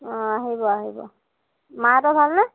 অঁ আহিব আহিব মাহঁতৰ ভালনে